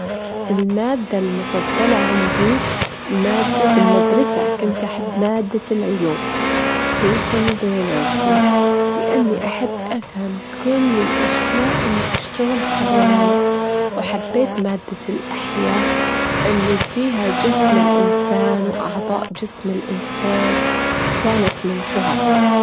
كمية الموي اللي أشربها؛ أنا أحب أشرب الموية وايد خلال يومي، أشرب تقريبًا اتنين لتلاتة لتر موية يوميًا، يعني حوالي أربعتاشر لتر في الأسبوع.